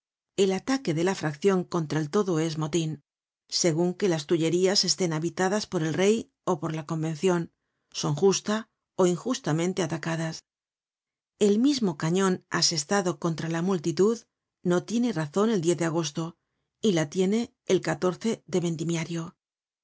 el ataque de la fraccion contra el todo es motin segun que las tullerías estén habitadas por el rey ó por la convencion son justa ó injustamente atacadas el mismo cañon asestado contra la multitud no tiene razon el de agosto y la tiene el de vendimiarlo